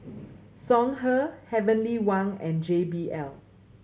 Songhe Heavenly Wang and J B L